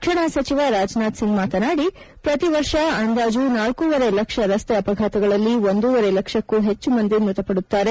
ರಕ್ಷಣಾ ಸಚಿವ ರಾಜನಾಥ್ ಸಿಂಗ್ ಮಾತನಾಡಿ ಪ್ರತಿವರ್ಷ ಅಂದಾಜು ನಾಲ್ಕೂವರೆ ಲಕ್ಷ ರಸ್ತೆ ಅಪಘಾತಗಳಲ್ಲಿ ಒಂದೂವರೆ ಲಕ್ಷಕ್ಕೂ ಹೆಚ್ಚು ಮಂದಿ ಮೃತಪಡುತ್ತಾರೆ